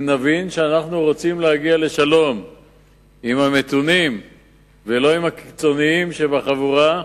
אם נבין שאנחנו רוצים להגיע לשלום עם המתונים ולא עם הקיצונים שבחבורה,